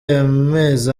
amezi